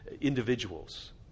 individuals